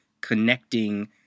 connecting